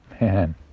man